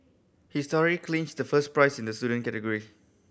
his story clinched the first prize in the student category